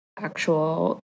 actual